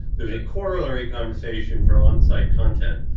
the corollary conversation for onsite content,